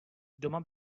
doma